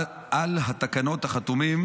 על התקנות חתומים